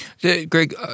Greg